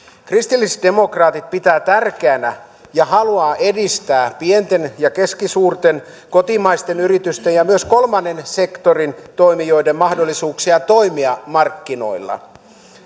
kristillisdemokraatit pitävät tärkeänä ja haluavat edistää pienten ja keskisuurten kotimaisten yritysten ja myös kolmannen sektorin toimijoiden mahdollisuuksia toimia markkinoilla